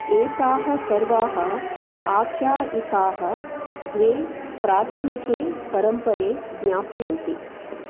एताः सर्वाः आख्यायिकाः द्वे प्राथमिके परम्परे ज्ञापयन्ति